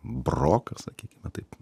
brokas sakykime taip